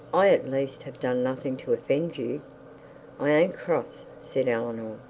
i at least have done nothing to offend you i an't cross said eleanor.